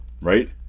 right